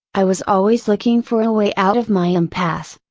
i was always looking for a way out of my impasse.